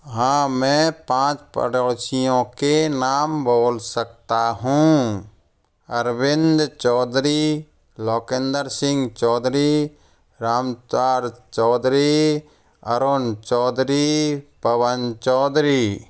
हाँ मैं पाँच पड़ोसियों के नाम बोल सकता हूँ अरविंद चौधरी लौकेंद्र सिंह चौधरी राम धार चौधरी अरुण चौधरी पवन चौधरी